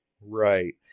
Right